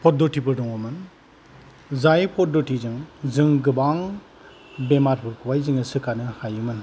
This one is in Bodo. पद्दतिबो दङमोन जाय पद्दतिजों जों गोबां बेमारफोरखौहाय जोङो सोखानो हायोमोन